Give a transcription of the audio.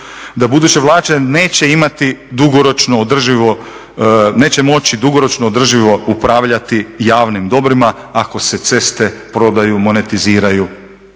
dugoročno održivo, neće moći dugoročno održivo upravljati javnim dobrima ako se ceste prodaju, monetiziraju.